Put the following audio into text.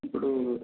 ఇప్పుడు